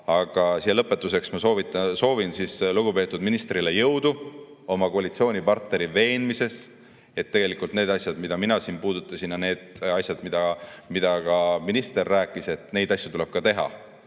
Aga siia lõpetuseks ma soovin lugupeetud ministrile jõudu oma koalitsioonipartneri veenmises, et tegelikult neid asju, mida mina siin puudutasin, ja ka neid asju, millest minister ise rääkis, tuleb teha